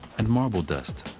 and marble dust.